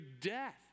death